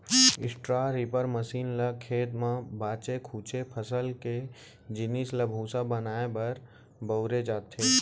straw reaper machine ल खेत म बाचे खुचे फसल के जिनिस ल भूसा बनाए बर बउरे जाथे